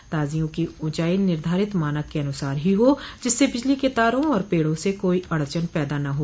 ताजियों की ऊँचाई निर्धारित मानक के अनुसार ही हो जिससे बिजली के तारों और पेड़ा से कोई अड़चन न पैदा हो